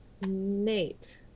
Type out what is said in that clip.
Nate